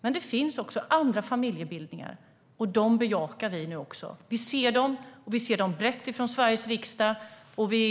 Men det finns också andra familjebildningar, och dem bejakar vi nu. Vi i Sveriges riksdag ser dem.